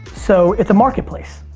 so, it's a marketplace.